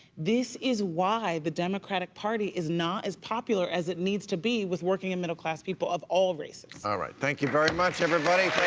this is why the democratic party is not as popular as it needs to be with working and middle class people of all races. bill ah all right. thank you very much, everybody.